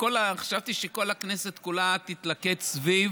חשבתי שכל הכנסת תתלכד סביב